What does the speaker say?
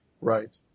Right